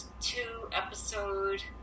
two-episode